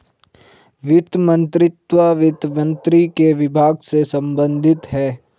वित्त मंत्रीत्व वित्त मंत्री के विभाग से संबंधित है